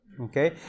Okay